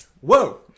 whoa